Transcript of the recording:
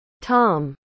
Tom